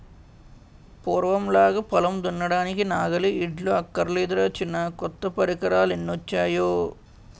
పూర్వంలాగా పొలం దున్నడానికి నాగలి, ఎడ్లు అక్కర్లేదురా చిన్నా కొత్త పరికరాలెన్నొచ్చేయో